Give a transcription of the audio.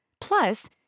Plus